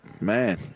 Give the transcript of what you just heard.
man